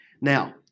Now